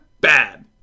bad